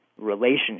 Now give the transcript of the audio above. relationship